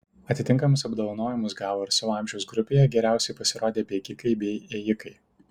atitinkamus apdovanojimus gavo ir savo amžiaus grupėje geriausiai pasirodę bėgikai bei ėjikai